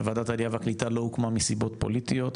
וועדת העלייה והקליטה לא הוקמה מסיבות פוליטיות,